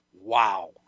wow